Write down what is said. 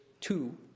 two